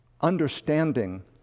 understanding